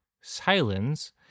silence